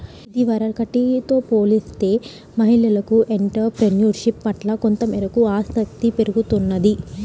ఇదివరకటితో పోలిస్తే మహిళలకు ఎంటర్ ప్రెన్యూర్షిప్ పట్ల కొంతమేరకు ఆసక్తి పెరుగుతున్నది